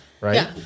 Right